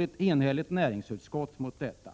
ett enhälligt näringsutskott mot detta.